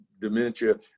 dementia